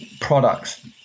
products